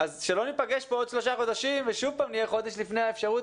שלא נפגש בעוד שלושה חודשים ושוב נהיה חודש לפני האפשרות